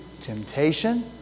temptation